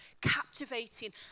captivating